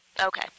Okay